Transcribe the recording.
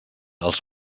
els